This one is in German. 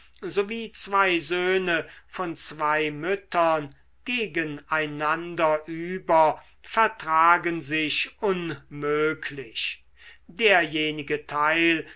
sowie zwei söhne von zwei müttern gegen einander über vertragen sich unmöglich derjenige teil